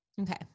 Okay